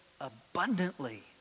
abundantly